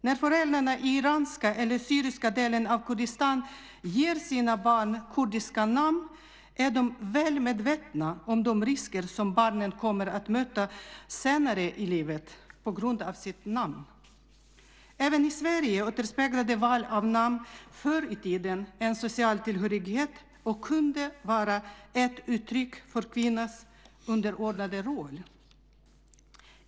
När föräldrarna i den iranska eller syriska delen av Kurdistan ger sina barn kurdiska namn är de väl medvetna om de risker som barnen kommer att möta senare i livet på grund av sitt namn. Även i Sverige återspeglade val av namn förr i tiden en social tillhörighet och kunde vara ett uttryck för kvinnans underordnade roll.